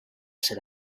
ser